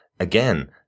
again